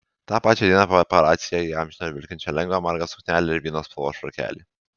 tą pačią dieną paparaciai ją įamžino ir vilkinčią lengvą margą suknelę ir vyno spalvos švarkelį